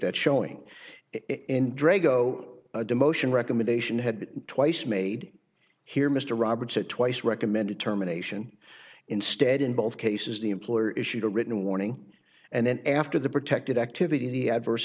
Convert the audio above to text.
that showing in draco a demotion recommendation had twice made here mr roberts had twice recommended terminations instead in both cases the employer issued a written warning and then after the protected activity the adverse